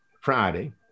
Friday